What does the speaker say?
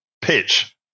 pitch